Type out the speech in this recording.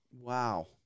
Wow